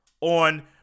on